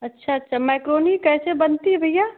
अच्छा अच्छा मैक्रोनी कैसे बनती है भैया